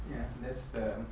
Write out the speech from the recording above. ya that's the